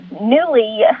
newly